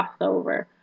crossover